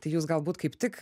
tai jūs galbūt kaip tik